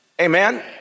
Amen